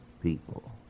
people